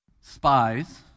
spies